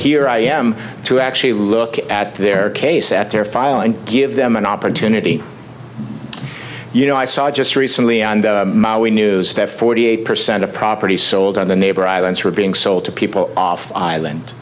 here i am to actually look at their case at their file and give them an opportunity you know i saw just recently on the news that forty eight percent of property sold on the neighbor islands were being sold to people off the land